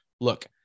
Look